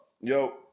Yo